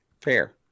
Fair